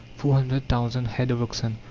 four hundred thousand head of oxen,